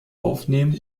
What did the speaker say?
aufnehmen